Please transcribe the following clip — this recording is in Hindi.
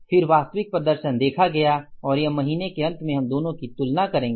फिर वास्तविक प्रदर्शन देखा गया और महीने के अंत में हम दोनों की तुलना करेंगे